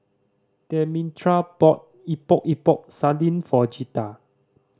Demetra bought Epok Epok Sardin for Jetta